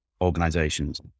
organizations